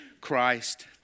Christ